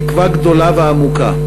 תקווה גדולה ועמוקה,